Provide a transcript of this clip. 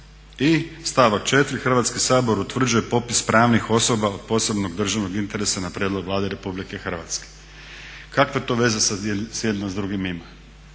I stavak 4. Hrvatski sabor utvrđuje popis pravnih osoba od posebnog državnog interesa na prijedlog Vlade Republike Hrvatske. Kakve to veze sad jedno s drugim ima?